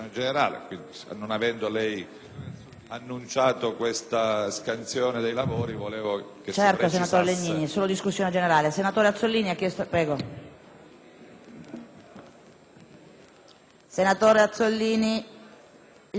annunciato questa scansione dei lavori, volevo che fosse precisato